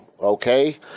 Okay